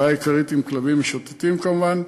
הבעיה העיקרית היא של כלבים משוטטים, כמובן,